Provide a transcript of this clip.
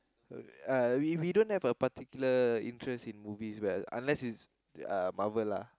uh we we don't have a particular interest in movies well unless it's uh Marvel lah